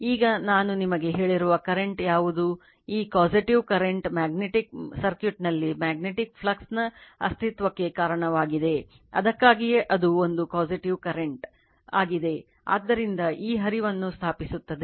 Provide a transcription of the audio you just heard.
ಈಗ ನಾನು ನಿಮಗೆ ಹೇಳಿರುವ ಕರೆಂಟ್ ಯಾವುದು ಈ causative current ವಾಗಿದೆ ಆದ್ದರಿಂದ ಈ ಹರಿವನ್ನು ಸ್ಥಾಪಿಸುತ್ತದೆ